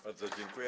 Bardzo dziękuję.